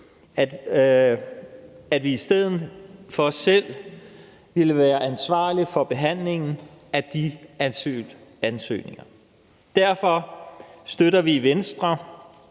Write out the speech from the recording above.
at vi i stedet selv vil være ansvarlige for behandlingen af de ansøgninger. Derfor støtter vi i Venstre,